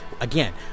Again